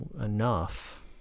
enough